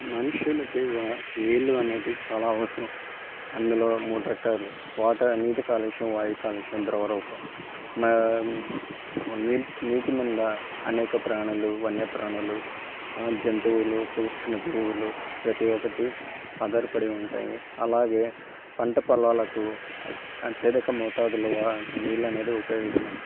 మనుషులకి వా నీళ్ళు అనేది చాలా అవసరం అందులో మూడు రకాలు వాటర్ నీటి కాలుష్యం వాయు కాలుష్యం ద్రవ రూపం మా నీ నీటి మీద అనేక ప్రాణులు వన్య ప్రాణులు జంతువులు సూక్ష్మజీవులు ప్రతి ఒకటి ఆధారపడి ఉంటాయి అలాగే పంట పొలాలకు అత్యధిక మోతాదులో వా నీళ్ళు అనేది ఉపయోగిస్తాము